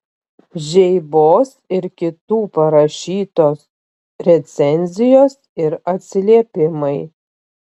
žeibos ir kitų parašytos recenzijos ir atsiliepimai